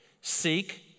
Seek